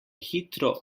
hitro